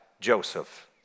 Joseph